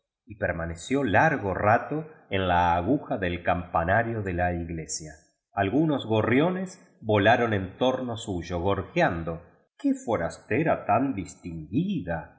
y per maneció largo rato en la aguja del campanario de la iglesia algunos gorriones volaron en torno suyo gorjeando qué forastera tan distinguida